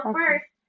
first